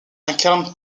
incarnent